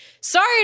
Sorry